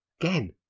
Again